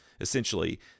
Essentially